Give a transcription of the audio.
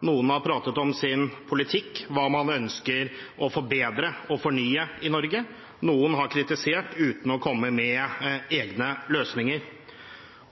Noen har pratet om sin politikk, hva man ønsker å forbedre og fornye i Norge, noen har kritisert uten å komme med egne løsninger.